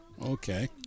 Okay